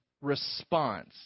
response